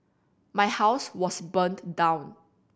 my house was burned down